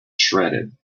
shredded